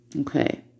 Okay